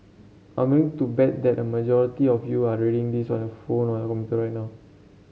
I'm willing to bet that a majority of you are reading this on your phone or your right now